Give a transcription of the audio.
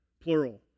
plural